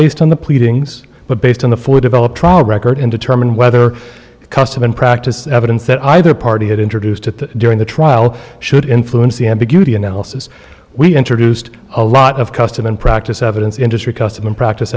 based on the pleadings but based on the four developed trial record and determine whether custom and practice evidence that either party had introduced at the during the trial should influence the ambiguity analysis we introduced a lot of custom and practice evidence industry custom and practice